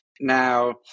Now